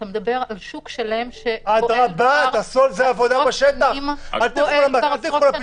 אתה מדבר על שוק שלם שכבר פועל עשרות שנים באופן הזה.